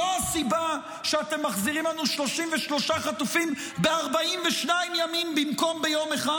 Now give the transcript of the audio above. זו הסיבה שאתם מחזירים לנו 33 חטופים ב-42 ימים במקום ביום אחד?